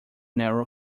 narrow